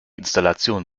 installation